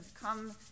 come